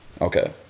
Okay